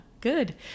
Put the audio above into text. Good